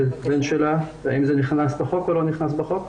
את הילד שלה האם זה נכנס לחוק או לא נכנס לחוק?